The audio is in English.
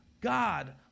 God